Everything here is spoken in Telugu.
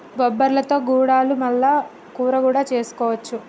బొబ్బర్లతో గుడాలు మల్ల కూర కూడా చేసుకోవచ్చు